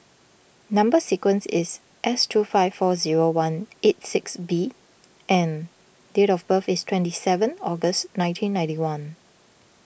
Number Sequence is S two five four zero one eight six B and date of birth is twenty seven August nineteen ninety one